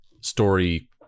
story